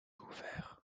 ouvert